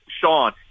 Sean—